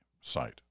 site